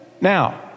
Now